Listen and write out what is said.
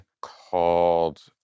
called